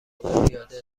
عابرپیاده